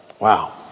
Wow